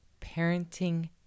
Parenting